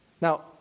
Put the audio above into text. Now